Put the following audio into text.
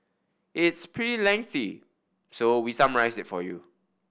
it's pretty lengthy so we summarised it for you